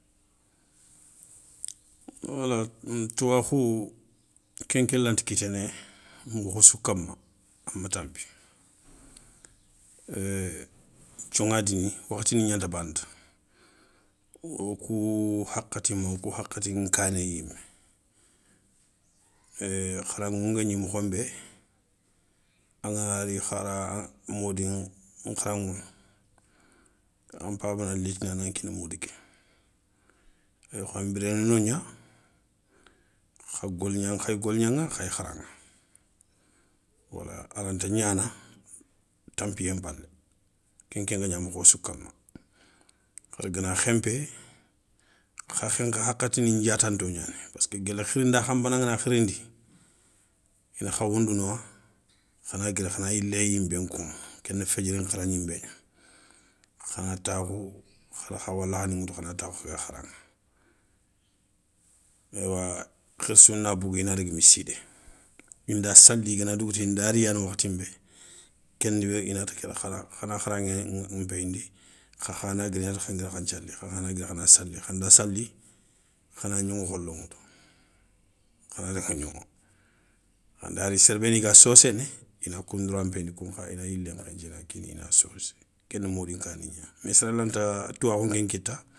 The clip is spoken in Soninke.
Wala touwakhou kenke lanti kitene mokho sou kama ama tampi. héé joŋandini wakhatini gnanta bana ta. O ku khakhatingha o kou khakhaatini nkaane yimé. kharaŋou ngagni mokho nbe, an gana ri khara modi nkharaŋou. An mpaaba na liti niya a nan nkini modi ke. Yoo kha an mbire no gna. Kha golignaŋa, khaye golignaŋa khaye kharaŋa. Wala a ranta gnana tampiye mpale. Kenke ngagna mokho sou kama. Khaari gana khempe kha khenkha hakhatini ndiatanto gnani. Parce que geli khirinda kha mpana ngana khirindi. Ini kha wundunu ya. Khana guiri kha na yilé yimbe nkoumou, ke ni fedjiri nkharan gnimbe gna. Khana taakhu kha na kha walakha ni nghutu kha na takhoukhaga kharaŋa. A yiwa khirssou na bogou ina daga misside. In da sali i gana dougouta indari yani wakhati nbe. Kenmbire ina ti kéta khara khana kharaŋé mpeyindi, khakha na guiri ina ti khakha na ngiri khana nsali. Khakha na giiri kha na sali. Kha nda sali. Khana gnoŋo kholo ŋoutou. Khana daga gnoŋo. Khandari sere beni ga sossene. Ina kou ndouran mpeyindi kounkha ina yile nkhenthié ina nkini ina sosso. Ke ni modi nkaani gna. Mais sere lanta tuwakhou nke nkita.